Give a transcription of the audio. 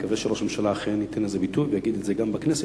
ומקווה שראש הממשלה ייתן לזה ביטוי ויגיד את זה גם בכנסת,